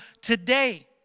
today